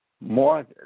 more